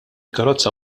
karozza